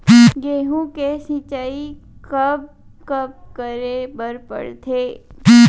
गेहूँ के सिंचाई कब कब करे बर पड़थे?